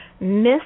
Miss